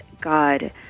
God